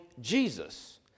Jesus